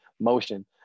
motion